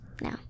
No